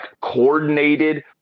coordinated